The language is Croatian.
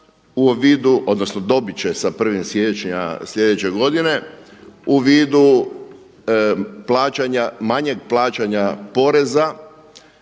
odnosno dobit će sa 1. siječnja sljedeće godine u vidu plaćanja manjeg plaćanja poreza